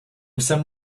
jsem